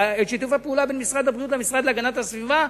את שיתוף הפעולה בין משרד הבריאות למשרד להגנת הסביבה,